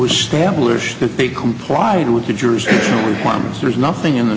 establish the big complied with the jurors forms there is nothing in th